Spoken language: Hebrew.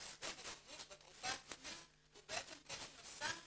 שסביב השימוש בתרופה עצמה הוא בעצם קושי נוסף